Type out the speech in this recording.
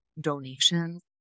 donations